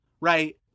right